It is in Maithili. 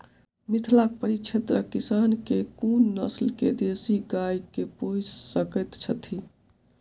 मिथिला परिक्षेत्रक किसान केँ कुन नस्ल केँ देसी गाय केँ पोइस सकैत छैथि?